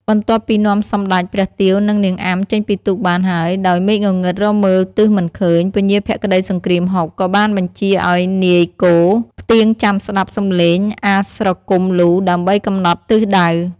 បន្ទាប់ពីនាំសម្តេចព្រះទាវ និងនាងអាំ ចេញពីទូកបានហើយ ដោយមេឃងងឹតរកមើលទិសមិនឃើញ ពញាភក្តីសង្គ្រាមហុក ក៏បានបញ្ជាឲ្យនាយគោផ្ទៀងចាំស្តាប់សំឡេងអាស្រគំលូ ដើម្បីកំណត់ទិសដៅ។